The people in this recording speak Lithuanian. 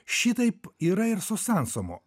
šitaip yra ir su sansomu